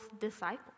disciples